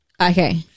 okay